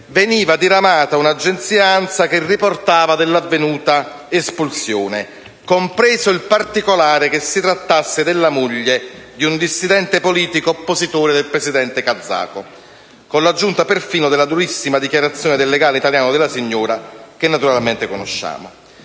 veniva diramata un'agenzia ANSA che riportava dell'avvenuta espulsione, compreso il particolare che si trattasse della moglie di un dissidente politico oppositore del presidente kazako. Con l'aggiunta perfino della durissima dichiarazione del legale italiano della signora che naturalmente conosciamo.